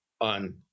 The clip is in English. on